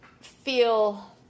feel